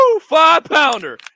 Five-pounder